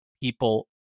people